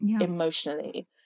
emotionally